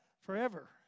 forever